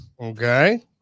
Okay